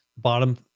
bottom